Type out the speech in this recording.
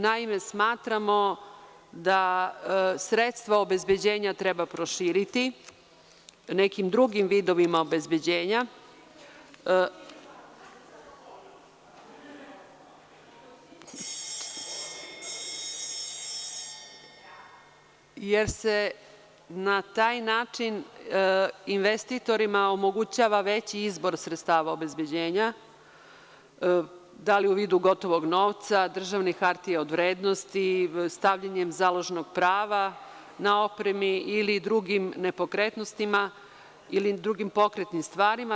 Naime, mi smatramo da sredstava obezbeđenja treba proširiti nekim drugim vidovima obezbeđenja, jer se na taj način investitorima omogućava veći izbor sredstava obezbeđenja, da li u vidu gotovog novca, državnih hartija od vrednosti, stavljanjem založnog prava na opreme ili drugim nepokretnostima ili drugim pokretnim stvarima.